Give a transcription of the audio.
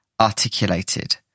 articulated